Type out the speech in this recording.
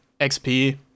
XP